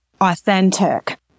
authentic